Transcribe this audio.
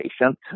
patient